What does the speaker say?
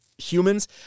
humans